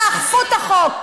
תאכפו את החוק.